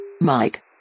Mike